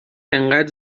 انقد